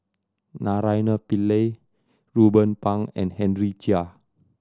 Naraina Pillai Ruben Pang and Henry Chia